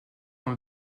dans